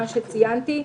מה שציינתי.